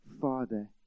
father